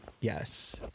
yes